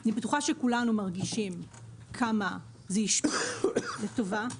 אני בטוחה שכולם מרגישים כמה זה השפיע לטובה.